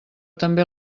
també